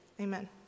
Amen